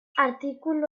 artikulu